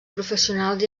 professionals